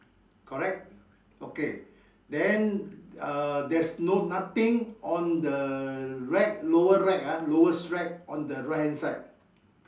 correct okay then err there's no nothing on the rack lower rack ah lowest rack on the right hand side